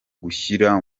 gushyira